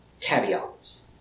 caveats